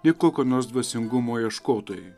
nei kokio nors dvasingumo ieškotojai